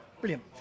Brilliant